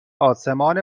آسمان